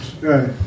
Right